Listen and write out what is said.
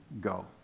go